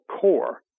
core